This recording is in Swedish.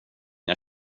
jag